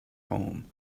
home